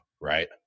right